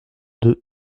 deux